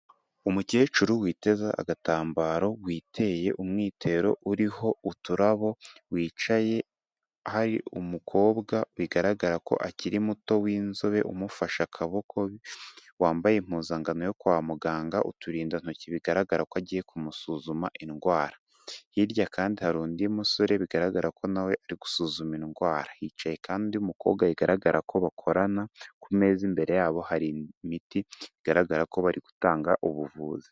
Umukecuru witeza agatambaro witeye umwitero uriho uturabo wicaye hari umukobwa bigaragara ko akiri muto w'inzobe umufashe akaboko wambaye impuzankano yo kwa muganga uturindantoki bigaragara ko agiye kumusuzuma indwara, hirya kandi hari undi musore bigaragara ko nawe ari gusuzuma indwara, hicaye kandi umukobwa bigaragara ko bakorana, ku meza imbere yabo hari imiti bigaragara ko bari gutanga ubuvuzi.